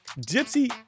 Gypsy